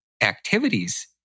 activities